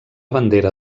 bandera